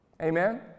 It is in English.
Amen